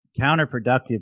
counterproductive